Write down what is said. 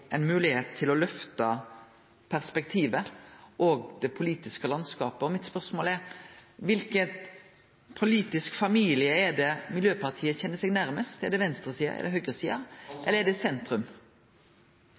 ein politisk familie er det Miljøpartiet Dei Grøne kjenner seg nærmast? Er det venstresida eller høgresida? Eller er det